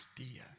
idea